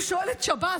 הוא שואל את שב"ס,